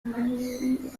manually